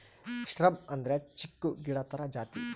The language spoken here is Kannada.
ಶ್ರಬ್ ಅಂದ್ರೆ ಚಿಕ್ಕು ಗಿಡ ತರ ಜಾತಿ